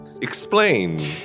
Explain